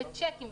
צ'קים,